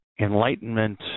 Enlightenment